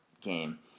game